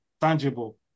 tangible